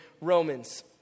Romans